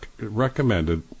recommended